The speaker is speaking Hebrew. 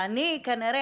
ואני כנראה,